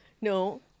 no